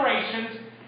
generations